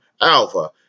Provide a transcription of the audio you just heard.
Alpha